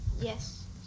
Yes